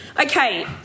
Okay